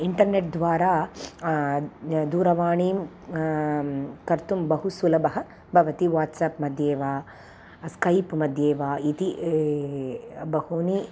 internet द्वारा दूरवाणीं कर्तुं बहु सुलभं भवति वाट्साप् मध्ये वा स्कैप् मध्ये वा इति बहूनि